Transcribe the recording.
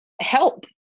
help